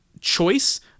choice